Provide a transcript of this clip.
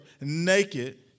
naked